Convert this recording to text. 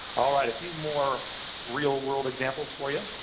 all right. a few more real-world examples for you.